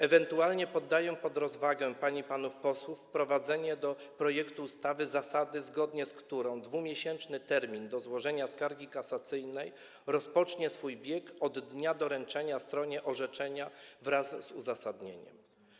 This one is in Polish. Ewentualnie poddaję pod rozwagę pań i panów posłów wprowadzenie do projektu ustawy zasady, zgodnie z którą 2-miesięczny termin na złożenie skargi kasacyjnej rozpocznie swój bieg od dnia doręczenia stronie orzeczenia wraz z uzasadnieniem.